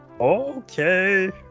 Okay